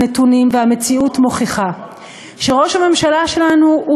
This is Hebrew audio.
הנתונים והמציאות מוכיחים: שראש הממשלה שלנו הוא